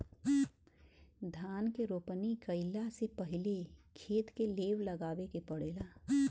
धान के रोपनी कइला से पहिले खेत के लेव लगावे के पड़ेला